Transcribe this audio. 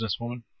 businesswoman